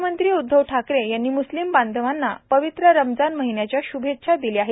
मुख्यमंत्री उद्दव ठाकरे यांनी मुस्लिम बांधवांना पवित्र रमजान महिन्याच्या शुभेच्छा दिल्या आहेत